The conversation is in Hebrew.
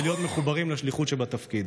ולהיות מחוברים לשליחות שבתפקיד.